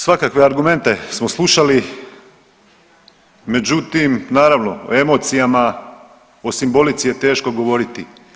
Svakakve argumente smo slušali, međutim naravno o emocijama, o simbolici je teško govoriti.